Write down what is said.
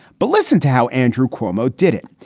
but listen to how andrew cuomo did it.